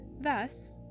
Thus